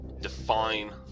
define